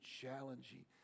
challenging